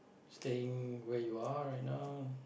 staying where you are right now